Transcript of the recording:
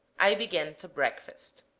i began to breakfast.